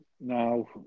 Now